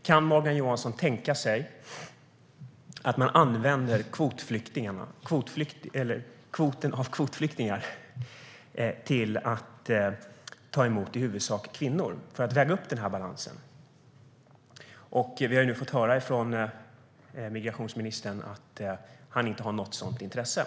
Kan Morgan Johansson tänka sig att ta emot i huvudsak kvinnor som kvotflyktingar för att väga upp den här obalansen? Vi har nu fått höra från migrationsministern att han inte har något sådant intresse.